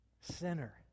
sinner